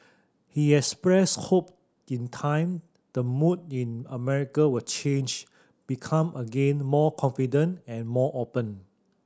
he expressed hope in time the mood in America will change become again more confident and more open